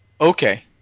Okay